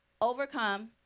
overcome